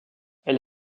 elle